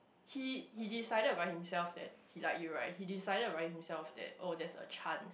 he he decided by himself that he like you right he decided by himself that oh there's a chance